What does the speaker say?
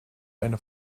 eine